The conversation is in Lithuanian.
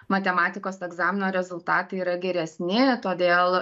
matematikos egzamino rezultatai yra geresni todėl